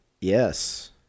Yes